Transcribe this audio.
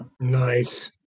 nice